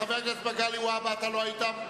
חבר הכנסת מגלי והבה אתה לא היית,